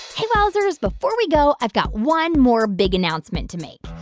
hey, wowzers. before we go, i've got one more big announcement to make.